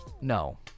No